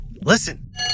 Listen